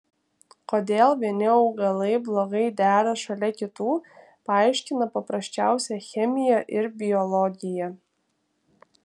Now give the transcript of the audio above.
kodėl vieni augalai blogai dera šalia kitų paaiškina paprasčiausia chemija ir biologija